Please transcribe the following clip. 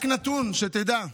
רק נתון, שתדע.